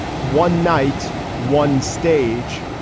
one night one stage.